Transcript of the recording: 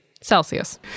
Celsius